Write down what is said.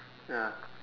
ya